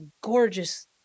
gorgeous